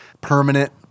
permanent